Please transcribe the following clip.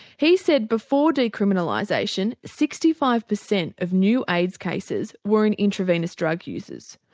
he said before decriminalisation sixty five percent of new aids cases were in intravenous drug users.